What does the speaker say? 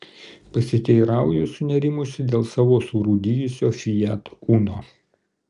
pasiteirauju sunerimusi dėl savo surūdijusio fiat uno